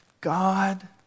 God